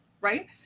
right